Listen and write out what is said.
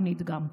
הוא נדגם.